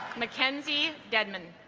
mckenzie dedmon